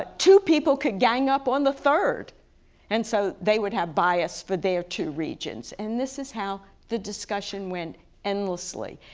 ah two people could gang up on the third and so they would have bias for their two regions. and this is how the discussion went endlessly.